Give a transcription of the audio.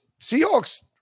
Seahawks